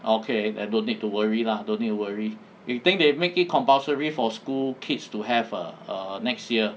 okay then don't need to worry lah don't need to worry you think they make it compulsory for school kids to have err err next year